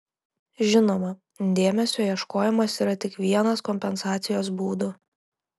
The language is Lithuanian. žinoma dėmesio ieškojimas yra tik vienas kompensacijos būdų